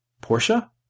Portia